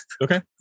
Okay